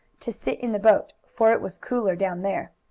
to sit in the boat, for it was cooler down there.